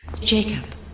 jacob